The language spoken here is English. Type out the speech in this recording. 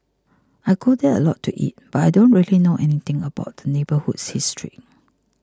I go there a lot to eat but I don't really know anything about the neighbourhood's history